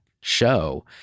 show